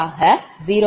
20